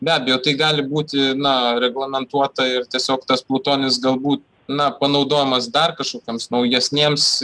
be abejo tai gali būti na reglamentuota ir tiesiog tas plutonis galbūt na panaudojamas dar kažkokiems naujesniems